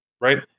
right